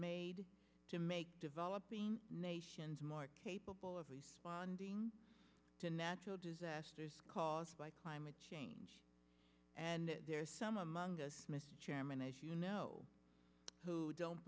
made to make developing nations more capable of responding to natural disasters caused by climate change and there are some among us mr chairman as you know who don't